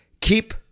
keep